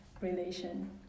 relation